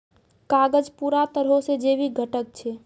कागज पूरा तरहो से जैविक घटक छै